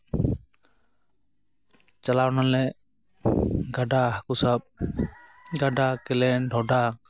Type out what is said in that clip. ᱪᱟᱞᱟᱣ ᱱᱟᱞᱮ ᱜᱟᱰᱟ ᱦᱟᱠᱳ ᱥᱟᱵ ᱜᱟᱰᱟ ᱠᱮᱞᱮᱱ ᱰᱷᱚᱰᱟ